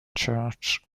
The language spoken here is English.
church